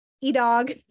E-dog